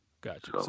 Gotcha